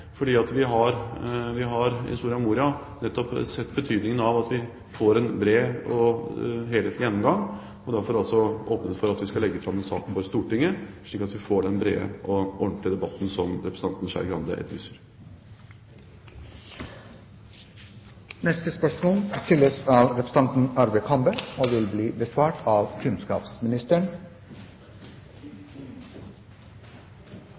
fordi vi i Soria Moria nettopp har sett betydningen av at vi får en bred og helhetlig gjennomgang. Derfor har vi åpnet for at vi skal legge fram en sak for Stortinget, slik at vi får den brede og ordentlige debatten som representanten Skei Grande etterlyser. Jeg tillater meg å stille følgende spørsmål